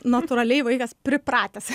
natūraliai vaikas pripratęs